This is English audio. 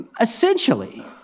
Essentially